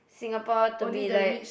Singapore to be like